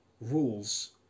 rules